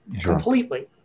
completely